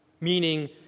Meaning